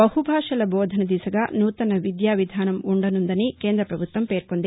బహుబాషల బోధన దిశగా నూతన విద్యా విధానం ఉండనుందని కేంద పభుత్వం పేర్కొంది